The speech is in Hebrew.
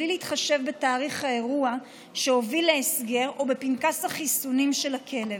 בלי להתחשב בתאריך האירוע שהוביל להסגר או בפנקס החיסונים של הכלב.